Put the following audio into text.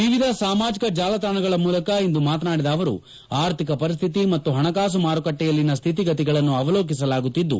ವಿವಿಧ ಸಾಮಾಜಿಕ ಜಾಲತಾಣಗಳ ಮೂಲಕ ಇಂದು ಮಾತನಾಡಿದ ಅವರು ಆರ್ಥಿಕ ಪರಿಸ್ತಿತಿ ಮತ್ತು ಹಣಕಾಸು ಮಾರುಕಟ್ಟೆಯಲ್ಲಿನ ಸ್ಹಿತಿಗತಿಗಳನ್ನು ಅವಲೋಕಿಸಲಾಗುತ್ತಿದ್ದು